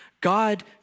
God